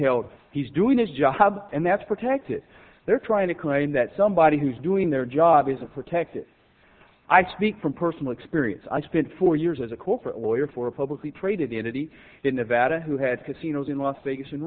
health he's doing his job and that's protected they're trying to claim that somebody who's doing their job isn't protected i speak from personal experience i spent four years as a corporate lawyer for a publicly traded entity in nevada who has casinos in las vegas